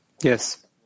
Yes